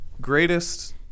greatest